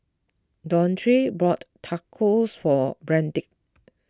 Dondre bought Tacos for Brandt